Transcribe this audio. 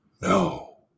No